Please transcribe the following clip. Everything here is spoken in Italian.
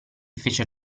fece